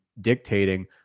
dictating